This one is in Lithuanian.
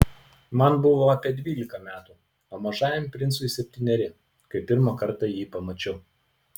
man buvo apie dvylika metų o mažajam princui septyneri kai pirmą kartą jį pamačiau